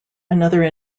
another